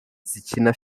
zikina